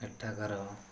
ଏଠାକାର